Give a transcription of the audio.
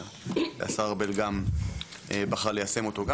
והשר ארבל גם בחר ליישם אותו,